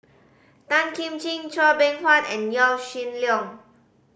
Tan Kim Ching Chua Beng Huat and Yaw Shin Leong